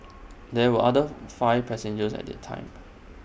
there were other five passengers at the time